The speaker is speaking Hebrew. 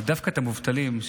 אבל דווקא לגבי המובטלים,